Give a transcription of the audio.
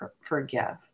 forgive